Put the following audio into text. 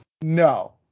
No